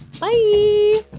bye